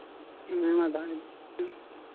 ᱦᱮᱸ ᱢᱟ ᱫᱚᱦᱚᱭ ᱢᱮ